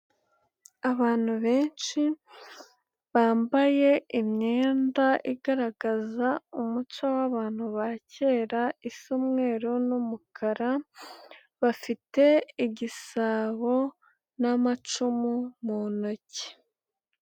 Abantu benshi bambaye imyenda igaragaza umuco w'abantu ba kera isa umweru n'umukara, bafite igisabo n'amacumu mu ntoki.